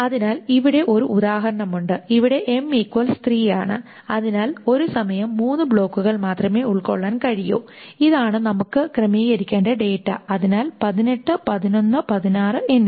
അതിനാൽ ഇവിടെ ഒരു ഉദാഹരണം ഉണ്ട് ഇവിടെ ആണ് അതിനാൽ ഒരു സമയം മൂന്ന് ബ്ലോക്കുകൾ മാത്രമേ ഉൾക്കൊള്ളാൻ കഴിയൂ ഇതാണ് നമുക്ക് ക്രമീകരിക്കേണ്ട ഡാറ്റ അതിനാൽ 18 11 16 എന്നിവ